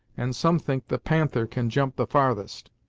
and some think the panther can jump the farthest.